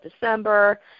December